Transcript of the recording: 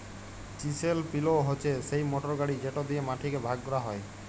chisel plough হছে সেই motor গাড়ি যেট দিঁয়ে মাটিকে ভাগ ক্যরা হ্যয়